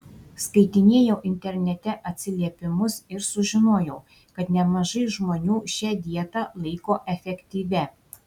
skaitinėjau internete atsiliepimus ir sužinojau kad nemažai žmonių šią dietą laiko efektyvia